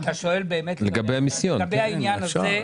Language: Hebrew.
אתה שואל לגבי העניין הזה.